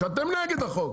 שאתם נגד החוק.